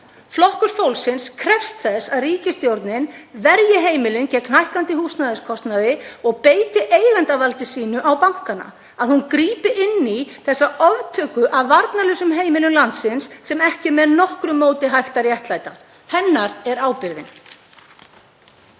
Flokkur fólksins krefst þess að ríkisstjórnin verji heimilin gegn hækkandi húsnæðiskostnaði og beiti eigendavaldi sínu á bankana, að hún grípi inn í þessa oftöku af varnarlausum heimilum landsins sem ekki er með nokkru móti hægt að réttlæta. Hennar er ábyrgðin.